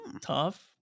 tough